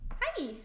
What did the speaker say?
Hi